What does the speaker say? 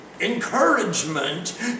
encouragement